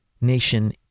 nation